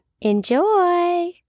Enjoy